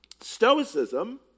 Stoicism